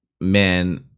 man